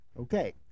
Okay